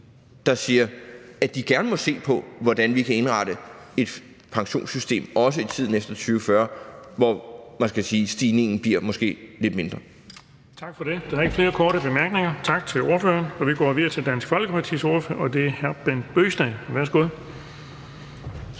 der siger, at de gerne vil se på, hvordan vi kan indrette et pensionssystem i tiden efter 2040, hvor stigningen måske bliver lidt mindre.